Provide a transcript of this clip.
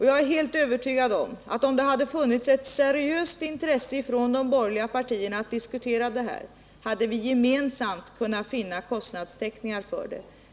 Jag är helt övertygad om att om det hade funnits ett seriöst intresse från de borgerliga partierna att diskutera detta projekt hade vi gemensamt kunnat finna kostnadstäckningar för det.